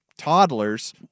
Toddlers